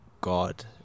God